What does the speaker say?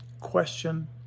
Question